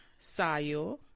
sayo